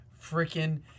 freaking